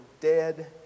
dead